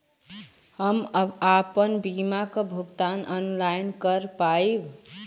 हम आपन बीमा क भुगतान ऑनलाइन कर पाईब?